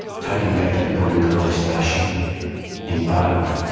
taken back to the broome police station and bailed.